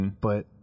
but-